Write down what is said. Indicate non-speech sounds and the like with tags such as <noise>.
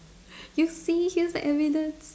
<breath> you see here's the evidence